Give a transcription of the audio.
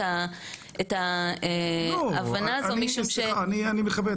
התקופה הזאת נועדה בדרך כלל לעקר את